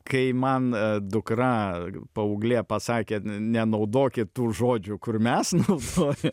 kai man dukra paauglė pasakė nenaudokit tų žodžių kur mes naudojam